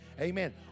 Amen